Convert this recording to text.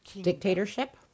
Dictatorship